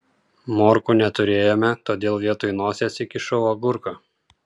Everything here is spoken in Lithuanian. morkų neturėjome todėl vietoj nosies įkišau agurką